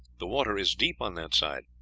the water is deep on that side.